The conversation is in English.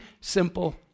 simple